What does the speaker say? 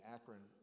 Akron